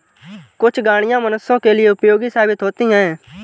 कुछ गाड़ियां मनुष्यों के लिए उपयोगी साबित होती हैं